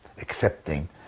accepting